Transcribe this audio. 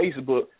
Facebook